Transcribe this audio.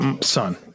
son